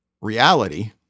reality